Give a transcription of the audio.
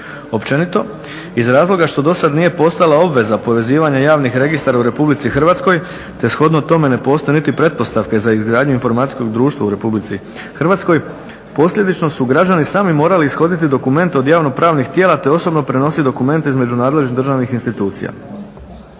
Općenito, iz razloga što do sada nije postojala obveza povezivanja javnih registara u RH te shodno tome ne postoje niti pretpostavke za izgradnju informacijskog društva u RH, posljedično su građani sami morali ishoditi dokument od javno pravnih tijela te osobno prenositi dokumente iz nadležnih državnih institucija.